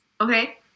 Okay